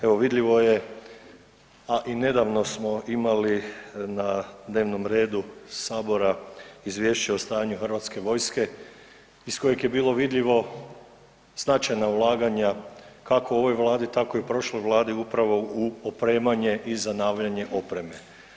Evo vidljivo je, a i nedavno smo imali na dnevnom redu Sabora izvješće o stanju hrvatske vojske iz kojeg je bilo vidljivo značajna ulaganja kako u ovoj Vladi tako i u prošloj vladi upravo u opremanje i zanavljanje opreme.